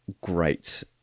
great